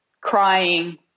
crying